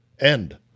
end